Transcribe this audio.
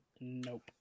Nope